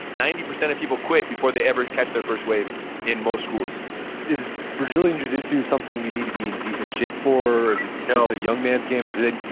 ninety percent of people quit before they ever catch their first wave in most schools is brazilian jujitsu something you need to be in decent shape for, or is it just a young man's game or did they,